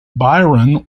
byron